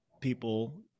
people